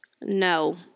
No